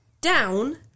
Down